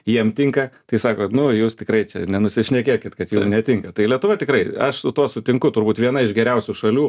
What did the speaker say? jiem tinka tai sako nu jūs tikrai nenusišnekėkit kad jum netinka tai lietuva tikrai aš su tuo sutinku turbūt viena iš geriausių šalių